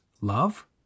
love